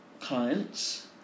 clients